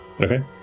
Okay